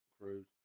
Cruise